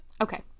Okay